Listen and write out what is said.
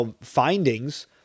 findings